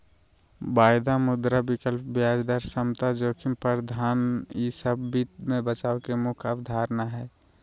वायदा, मुद्रा विकल्प, ब्याज दर समता, जोखिम प्रबंधन ई सब वित्त मे बचाव के मुख्य अवधारणा हय